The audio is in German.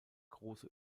große